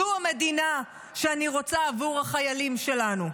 זו המדינה שאני רוצה עבור החיילים שלנו.